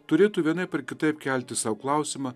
turėtų vienaip ar kitaip kelti sau klausimą